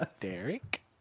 Derek